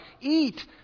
eat